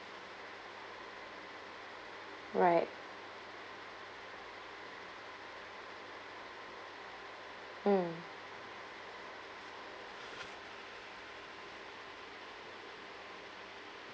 right um